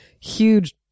huge